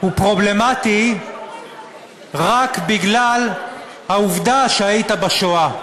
הוא פרובלמטי רק בגלל העובדה שהיית בשואה.